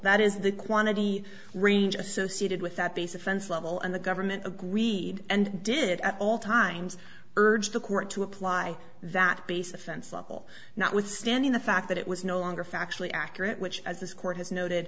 that is the quantity range associated with that basic sense level and the government agreed and did at all times urge the court to apply that base offense level notwithstanding the fact that it was no longer factually accurate which as this court has noted